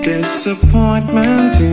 Disappointment